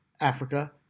Africa